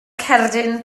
cerdyn